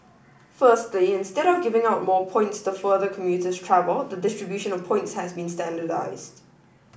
firstly instead of giving out more points the further commuters travel the distribution of points has been standardised